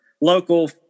local